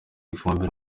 ifumbire